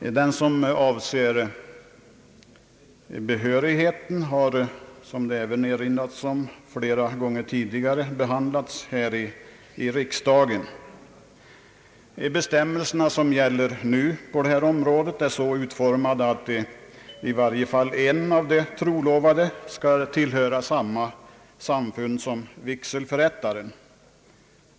Frågan om behörighet har, vilket även påpekats, flera gånger tidigare behandlats här i riksdagen. De bestämmelser som nu gäller på detta område är så utformade, att i varje fall en av de trolovade skall tillhöra samma samfund som vigselförrättaren.